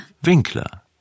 Winkler